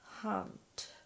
hunt